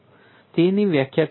તેની વ્યાખ્યા કરવી પડશે